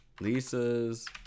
Lisa's